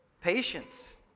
patience